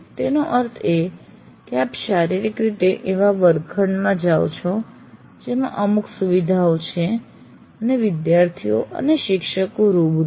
તેનો અર્થ એ કે આપ શારીરિક રીતે એવા વર્ગખંડમાં જાઓ છો જેમાં અમુક સુવિધાઓ છે અને વિદ્યાર્થીઓ અને શિક્ષકો રૂબરૂ છે